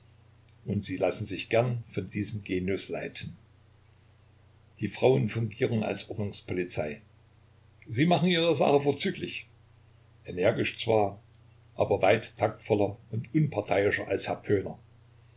und sie lassen sich gern von diesem genius leiten die frauen fungieren als ordnungspolizei sie machen ihre sache vorzüglich energisch zwar aber weit taktvoller und unparteiischer als herr